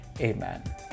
Amen